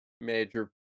major